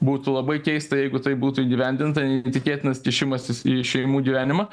būtų labai keista jeigu tai būtų įgyvendinta neįtikėtinas kišimasis į šeimų gyvenimą